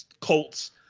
Colts